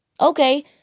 Okay